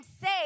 say